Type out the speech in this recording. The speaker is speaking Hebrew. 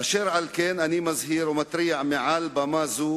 אשר על כן, אני מזהיר ומתריע מעל במה זו